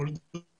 נולדו